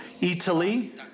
Italy